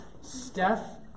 Steph